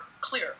clear